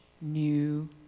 new